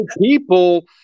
people